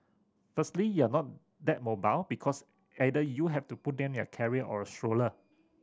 firstly you're not that mobile because either you have to put them in a carrier or a stroller